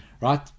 Right